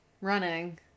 running